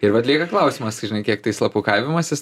ir vat lieka klausimas žinai kiek tai slapukavimasis